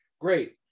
great